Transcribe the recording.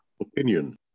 opinion